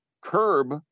curb